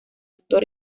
actor